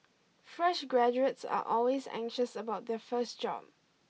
fresh graduates are always anxious about their first job